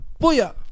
booyah